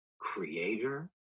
creator